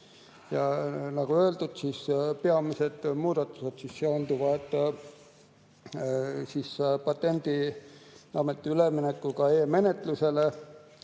Ja nagu öeldud, siis peamised muudatused seonduvad Patendiameti üleminekuga e-menetlusele